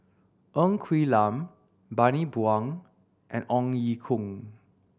Ng Quee Lam Bani Buang and Ong Ye Kung